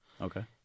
Okay